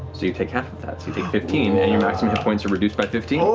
you take half of that, so you take fifteen and your maximum hit points are reduced by fifteen.